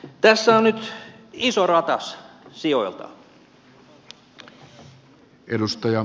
tässä on nyt iso ratas sijoiltaan